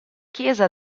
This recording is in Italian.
chiesa